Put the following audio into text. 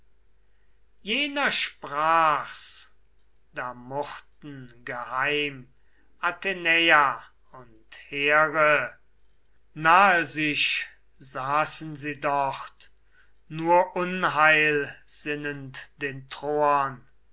jener sprach's da murrten geheim athenäa und here nahe sich saßen sie dort nur unheil sinnend den troern